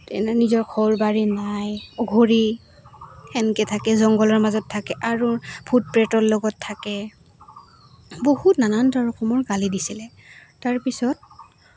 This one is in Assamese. নিজৰ ঘৰ বাৰী নাই অঘৰী সেনেকৈ থাকে জংঘলৰ মাজত থাকে আৰু ভূট প্ৰেতৰ লগত থাকে বহুত নানান ৰকমৰ গালি দিছিলে তাৰ পিছত